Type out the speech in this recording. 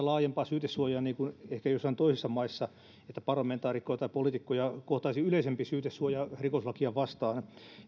laajempaa syytesuojaa niin kuin ehkä joissain toisissa maissa että parlamentaarikkoja tai poliitikkoja kohtaisi yleisempi syytesuoja rikoslakia vastaan